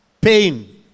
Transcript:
pain